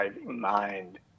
mind